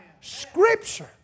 Scripture